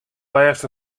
lêst